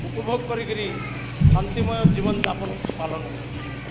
ଉପଭୋଗ କରିକିରି ଶାନ୍ତିମୟ ଜୀବନଯାପନ ପାଳନ କରୁଛୁ